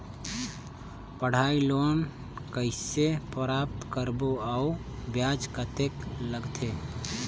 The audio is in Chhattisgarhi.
पढ़ाई लोन कइसे प्राप्त करबो अउ ब्याज कतेक लगथे?